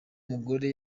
mugore